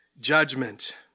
judgment